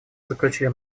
заключили